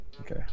Okay